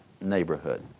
neighborhood